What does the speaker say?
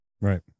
Right